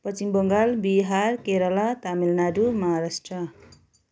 Paschim Bengal Bihar Kerala Tamil Nadu Maharashtra